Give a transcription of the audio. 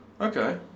Okay